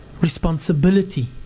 responsibility